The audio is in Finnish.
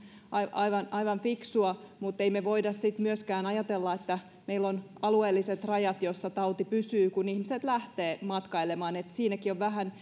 aivan aivan fiksua mutta ei voida sitten myöskään ajatella että meillä on alueelliset rajat jossa tauti pysyy kun ihmiset lähtevät matkailemaan siinäkin on vähän